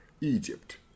Egypt